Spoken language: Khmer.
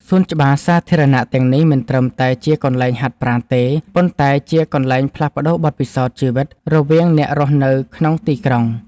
សួនច្បារសាធារណៈទាំងនេះមិនត្រឹមតែជាកន្លែងហាត់ប្រាណទេ ប៉ុន្តែជាកន្លែងផ្លាស់ប្តូរបទពិសោធន៍ជីវិតរវាងអ្នករស់នៅក្នុងទីក្រុង។